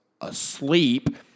asleep